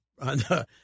on